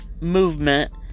movement